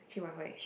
three point five